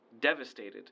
devastated